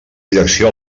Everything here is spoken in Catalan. direcció